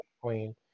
queen